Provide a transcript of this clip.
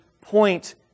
point